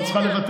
את צריכה לוותר.